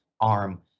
arm